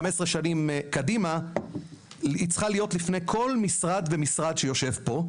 חמש עשרה שנים קדימה צריכה להיות לפני כל משרד ומשרד שיושב פה,